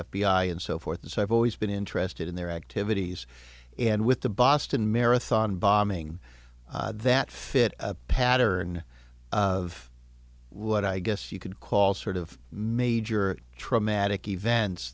i and so forth and so i've always been interested in their activities and with the boston marathon bombing that fit a pattern of what i guess you could call sort of major traumatic events